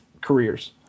careers